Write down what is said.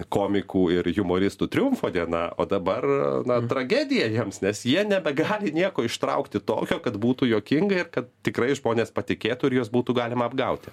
komikų ir jumoristų triumfo diena o dabar na tragedija jiems nes jie nebegali nieko ištraukti tokio kad būtų juokinga ir kad tikrai žmonės patikėtų ir juos būtų galima apgauti